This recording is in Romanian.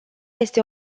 este